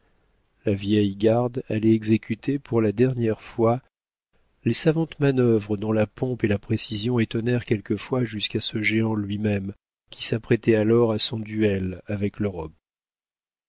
la vieille garde allait exécuter pour la dernière fois les savantes manœuvres dont la pompe et la précision étonnèrent quelquefois jusqu'à ce géant lui-même qui s'apprêtait alors à son duel avec l'europe